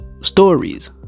stories